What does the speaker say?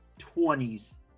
20s